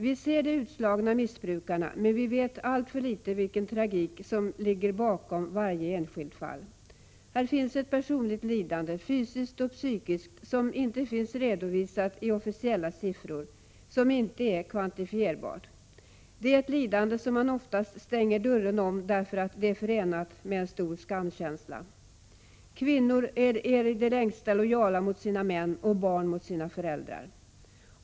Vi ser de utslagna missbrukarna, men vi vet alltför litet om vilken tragik det ligger bakom varje enskilt fall. Här finns ett personligt lidande, fysiskt och psykiskt, som inte finns redovisat i officiella siffror och som inte är kvantifierbart. Det är ett lidande som man oftast stänger dörren om därför att det är förenat med en stor skamkänsla. Kvinnor 7n är i det längsta lojala mot sina män och barn mot sina föräldrar.